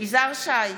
יזהר שי,